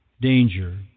danger